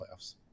playoffs